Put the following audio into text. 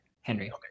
Henry